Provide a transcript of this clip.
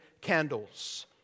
candles